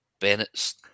Bennett's